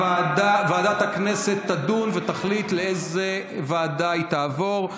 ועדת הכנסת תדון ותחליט לאיזו ועדה היא תעבור.